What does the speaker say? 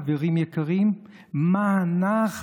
חברים יקרים: מה אנחנו,